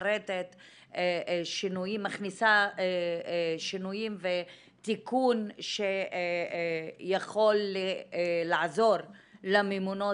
שמכניסה שינויים ותיקון שיכול לעזור לממונות